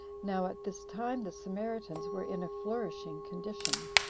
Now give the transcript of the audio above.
now at this time the samaritans were in a flourishing condition,